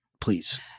please